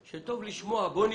חיוניים,